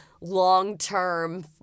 long-term